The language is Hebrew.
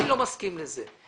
אני לא מסכים לזה.